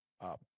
up